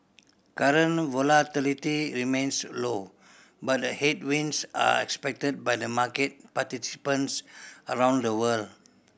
current volatility remains low but headwinds are expected by the market participants around the world